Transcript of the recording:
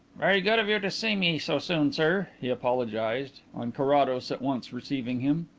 very good of you to see me so soon, sir, he apologized, on carrados at once receiving him.